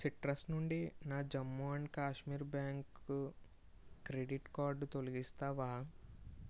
citrus నుండి నా Jammu and Kashmir bank credit card తొలగిస్తావా